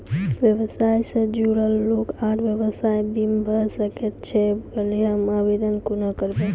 व्यवसाय सॅ जुड़ल लोक आर व्यवसायक बीमा भऽ सकैत छै? क्लेमक आवेदन कुना करवै?